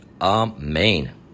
Amen